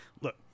look